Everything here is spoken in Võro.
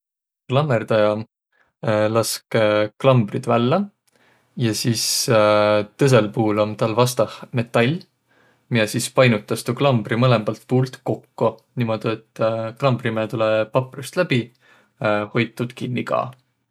Klammõrdaja lask klambriid vällä. Ja sis tõsõl puul om täl vastah metall, miä sis painutas tuu klambri mõlõmbalt puult kokko niimuudu, et klambri miä tulõ paprõst läbi hoit tuud kinniq ka.